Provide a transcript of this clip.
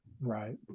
Right